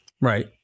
Right